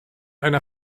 einer